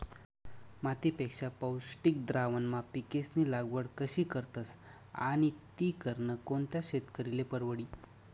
मातीपेक्षा पौष्टिक द्रावणमा पिकेस्नी लागवड कशी करतस आणि ती करनं कोणता शेतकरीले परवडी?